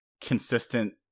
consistent